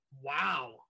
Wow